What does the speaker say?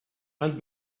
and